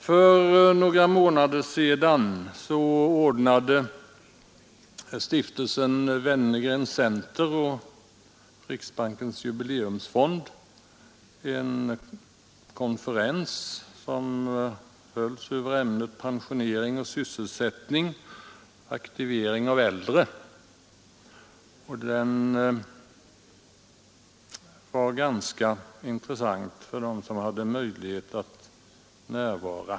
För några månader sedan ordnade stiftelsen Wenner-Gren Center och Riksbankens jubileumsfond en konferens över ämnet pensionering och sysselsättning och aktivering av äldre, och den var ganska intressant för dem som hade möjlighet att närvara.